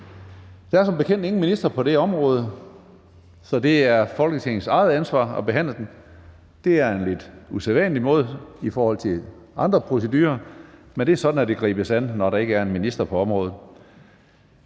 Der er som bekendt ingen minister på det område, så det er Folketingets eget ansvar at behandle det. Det er en lidt usædvanlig måde i forhold til andre procedurer, men det er sådan, det gribes an, når der ikke er en minister på området.